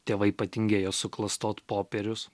tėvai patingėjo suklastot popierius